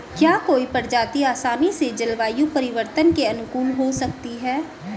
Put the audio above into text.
क्या कोई प्रजाति आसानी से जलवायु परिवर्तन के अनुकूल हो सकती है?